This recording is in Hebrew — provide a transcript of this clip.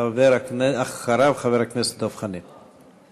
חבר הכנסת דב חנין.